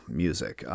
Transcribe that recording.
music